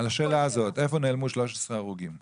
על השאלה הזאת, איפה נעלמו 13 הרוגים השנה?